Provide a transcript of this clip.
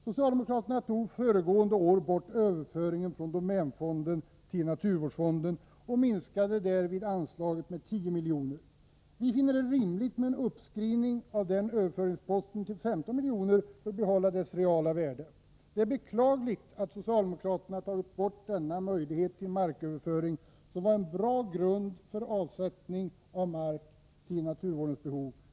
Socialdemokraterna tog föregående år bort överföringen från domänfonden till naturvårdsfonden och minskade därvid anslaget med 10 milj.kr. Vi finner det rimligt med en uppskrivning av denna överföringspost till 15 milj.kr. för att behålla dess reala värde. Det är beklagligt att socialdemokraterna har tagit bort denna möjlighet till marköverföring, som var en bra grund för avsättning av mark till naturvårdens behov.